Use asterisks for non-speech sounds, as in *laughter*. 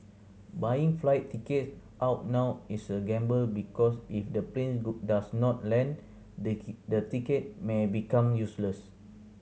buying flight tickets out now is a gamble because if the plane *unintelligible* does not land the *unintelligible* ticket may become useless